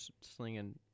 slinging